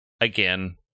again